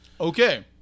Okay